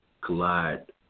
collide